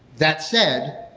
that said,